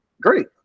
Great